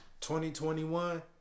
2021